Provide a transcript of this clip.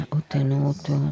ottenuto